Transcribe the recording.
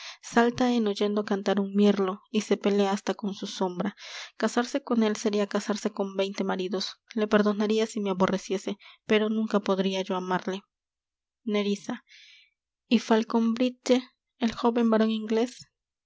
salta en oyendo cantar un mirlo y se pelea hasta con su sombra casarse con él seria casarse con veinte maridos le perdonaria si me aborreciese pero nunca podria yo amarle nerissa y falconbridge el jóven baron inglés